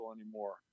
anymore